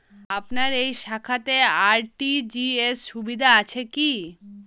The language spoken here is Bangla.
আপনার এই শাখাতে আর.টি.জি.এস সুবিধা আছে কি?